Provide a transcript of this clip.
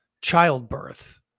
childbirth